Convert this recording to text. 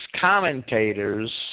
commentators